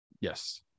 Yes